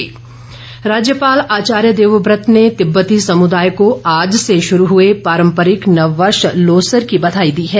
बधाई राज्यपाल आचार्य देवव्रत ने तिब्बती समुदाय को आज से शुरू हुए पारम्परिक नववर्ष लोसर की बधाई दी है